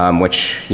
um which, yeah